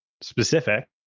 specific